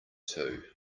too